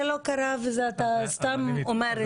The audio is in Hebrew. זה לא קרה, ואתה סתם אומר את זה.